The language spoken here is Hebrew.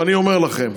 ואני אומר לכם,